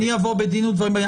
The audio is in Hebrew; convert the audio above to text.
אבוא בדין ודברים.